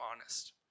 honest